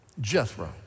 Jethro